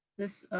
this,